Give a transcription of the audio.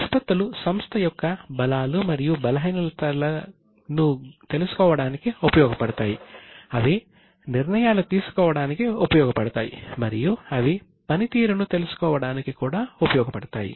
నిష్పత్తులు సంస్థ యొక్క బలాలు మరియు బలహీనతలను తెలుసుకోవడానికి ఉపయోగపడతాయి అవి నిర్ణయాలు తీసుకోవడానికి ఉపయోగపడతాయి మరియు అవి పనితీరును తెలుసుకోవడానికి కూడా ఉపయోగపడతాయి